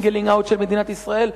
singling out של מדינת ישראל,